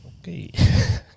Okay